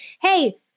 hey